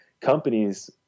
companies